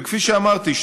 וכפי שאמרתי,